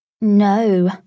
No